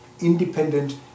independent